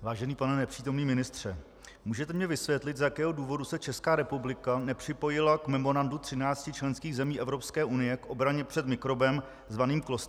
Vážený pane nepřítomný ministře, můžete mi vysvětlit, z jakého důvodu se Česká republika nepřipojila k memorandu 13 členských zemí Evropské unie k obraně před mikrobem zvaným klostridie?